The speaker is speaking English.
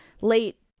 late